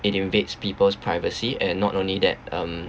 it invades people's privacy and not only that um